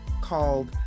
called